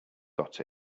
got